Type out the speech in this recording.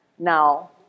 Now